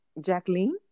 Jacqueline